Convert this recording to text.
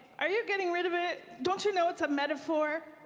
are you getting rid of it? don't you know it's a metaphor?